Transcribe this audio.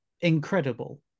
incredible